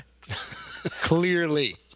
Clearly